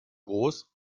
groß